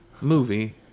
movie